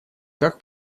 как